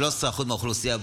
13% מהאוכלוסייה.